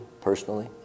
personally